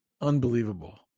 unbelievable